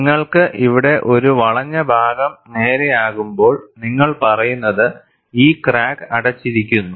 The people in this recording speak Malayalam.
നിങ്ങൾക്ക് ഇവിടെ ഒരു വളഞ്ഞ ഭാഗം നേരെയാകുമ്പോൾ നിങ്ങൾ പറയുന്നത് ഈ ക്രാക്ക് അടച്ചിരിക്കുന്നു